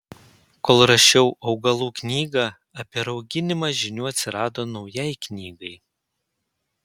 kol rašiau augalų knygą apie rauginimą žinių atsirado naujai knygai